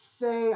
say